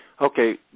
Okay